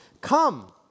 come